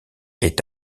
est